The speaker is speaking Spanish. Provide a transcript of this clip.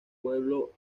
pueblo